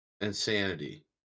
insanity